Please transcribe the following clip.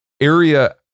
area